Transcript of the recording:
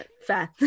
fair